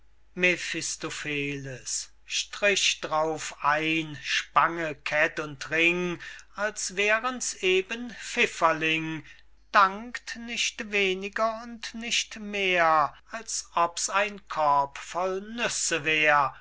strich drauf ein spange kett und ring als wären's eben pfifferling dankt nicht weniger und nicht mehr als ob's ein korb voll nüsse wär